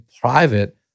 private